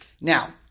Now